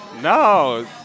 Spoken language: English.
no